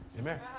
Amen